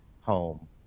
home